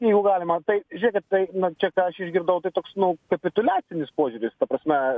jeigu galima tai žiūrėkit tai na čia ką aš išgirdau tai toks nu kapituliacinis požiūris ta prasme